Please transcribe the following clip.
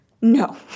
No